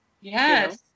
Yes